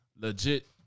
legit